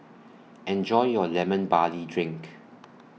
Enjoy your Lemon Barley Drink